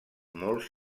molt